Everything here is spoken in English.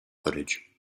footage